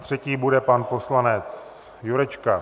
Třetí bude pan poslanec Jurečka.